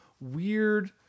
weird